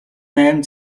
найман